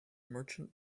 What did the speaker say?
merchant